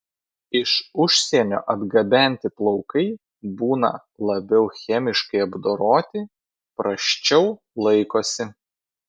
iš užsienio atgabenti plaukai būna labiau chemiškai apdoroti prasčiau laikosi